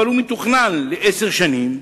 אבל הוא מתוכנן לעשר שנים,